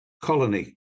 colony